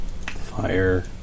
Fire